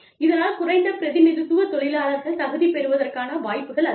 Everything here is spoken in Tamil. இதனால் குறைந்த பிரதிநிதித்துவ தொழிலாளர்கள் தகுதி பெறுவதற்கான வாய்ப்புகள் அதிகம்